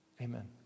Amen